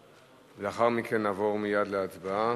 לאחר מכן נעבור מייד להצבעה.